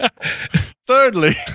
Thirdly